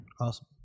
Awesome